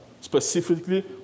specifically